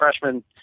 freshman